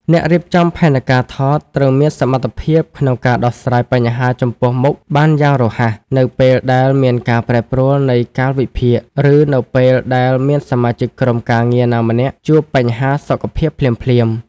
អ្នករៀបចំផែនការថតត្រូវមានសមត្ថភាពក្នុងការដោះស្រាយបញ្ហាចំពោះមុខបានយ៉ាងរហ័ស នៅពេលដែលមានការប្រែប្រួលនៃកាលវិភាគ ឬនៅពេលដែលមានសមាជិកក្រុមការងារណាម្នាក់ជួបបញ្ហាសុខភាពភ្លាមៗ។